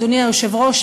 אדוני היושב-ראש,